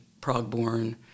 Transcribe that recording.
Prague-born